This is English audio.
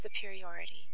superiority